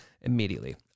immediately